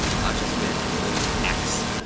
not just min, min x.